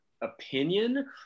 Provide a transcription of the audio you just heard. opinion